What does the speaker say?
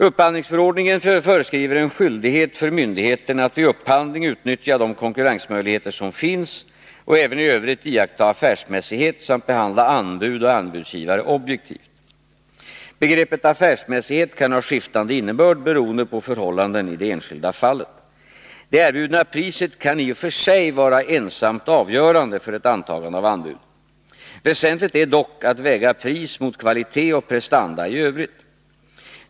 Upphandlingsförordningen föreskriver en skyldighet för myndigheten att vid upphandling utnyttja de konkurrensmöjligheter som finns och även i Övrigt iaktta affärsmässighet samt behandla anbud och anbudsgivare objektivt. Begreppet affärsmässighet kan ha skiftande innebörd beroende på förhållanden i det enskilda fallet. Det erbjudna priset kan i och för sig vara ensamt avgörande för ett antagande av anbud. Väsentligt är dock att väga pris mot kvalitet och prestanda i övrigt.